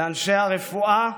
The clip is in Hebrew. לאנשי הרפואה,